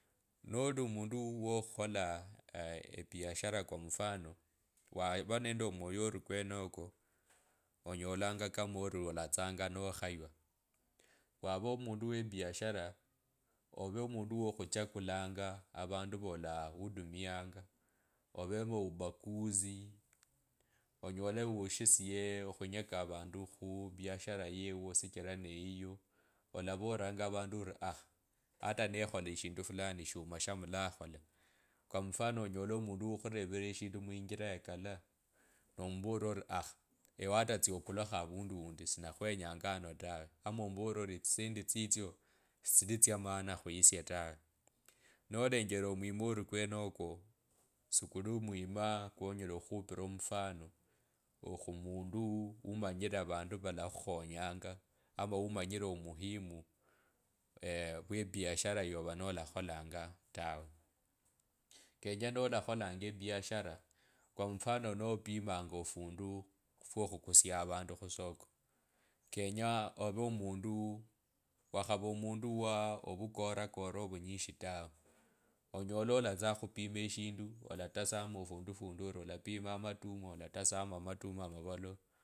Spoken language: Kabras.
Noli omundu wo okhukhola aa ebiashara kwa mfano, vavaa no mwoyo ori kweneko onyolanga ama ori olatsanga nokhaywa wava omundu we biashara ove omundu wokhuchakulanga avandu volakhudumianga ovemo ovubaguzi onyole wushisiye okhunyeka avundo khu biashara yeuwo shichira neyiyo olavoriranga avandu ari aa hata nekhola shindu fulani shiuma shimulakhola kwa mfano onyole omundu ukhurevile eshindu muinjira ya kala nomuvolera ori akha ewe hata tsio ama omuvorere ori etsisendi tsitsyo sitsili tsa maana khuisie tawe. Nolengele omwima shinga kwenoko shikuli omwima kwongela okhupira omufano khumundu umanyire avandu valakhukhonyanga ama umanyire omuhimu kwe biashara iva nolakholanga tawe kenye nolakholanga ebiashara kwa mfano nopimanga ofundu fwokhutsa khukusya vandu khusoko kenye ove omundu wakhava omundu wovukorara kara ovunyishi tawe onyole olatsia okhulima eshindu olatesamo afundu fundi ori alapima amatuma olatesamo amatuma amavolo.